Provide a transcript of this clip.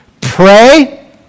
Pray